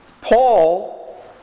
Paul